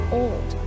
old